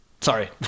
Sorry